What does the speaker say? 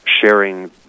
sharing